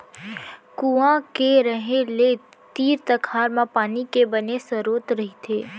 कुँआ के रहें ले तीर तखार म पानी के बने सरोत रहिथे